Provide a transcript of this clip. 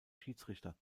schiedsrichter